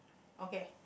okay